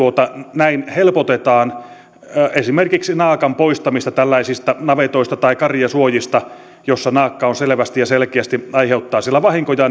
näin helpotetaan esimerkiksi naakan poistamista tällaisista navetoista tai karjasuojista joissa naakka selvästi ja selkeästi aiheuttaa vahinkoja